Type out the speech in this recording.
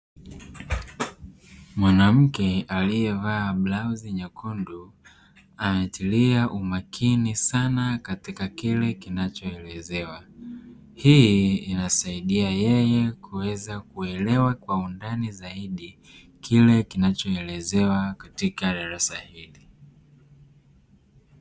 Mwanamke aliyevaa blauzi nyekundu ametilia umakini sana katika kile kinachoelezewa. Hii inasaidia yeye kuweza kuelewa kwa undani zaidi kile kinachoelezewa katika darasa hili.